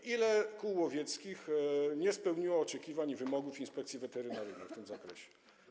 i ile kół łowieckich nie spełniło oczekiwań i wymogów Inspekcji Weterynaryjnej w tym zakresie?